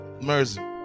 mercy